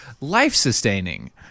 life-sustaining